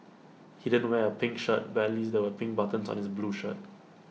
he didn't wear A pink shirt but at least there were pink buttons on his blue shirt